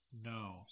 no